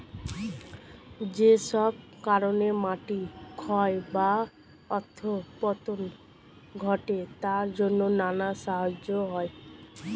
যেসব কারণে মাটি ক্ষয় বা অধঃপতন ঘটে তার জন্যে নানা সমস্যা হয়